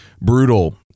Brutal